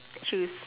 choose